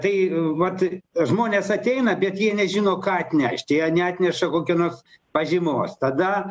tai vat žmonės ateina bet jie nežino ką atnešti jie neatneša kokio nors pažymos tada